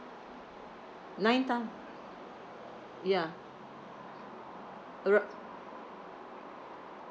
nine tho~ ya around